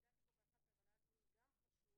אני הגעתי לפה ב-11:00 אבל היה גם דיון חשוב